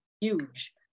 huge